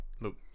look